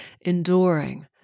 enduring